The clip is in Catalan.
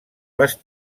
les